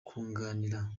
kunganirana